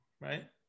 right